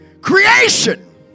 creation